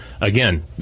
again